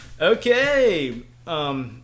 Okay